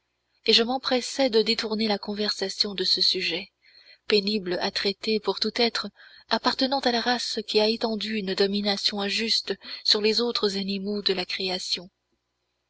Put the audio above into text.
et je m'empressais de détourner la conversation de ce sujet pénible à traiter pour tout être appartenant à la race qui a étendu une domination injuste sur les autres animaux de la création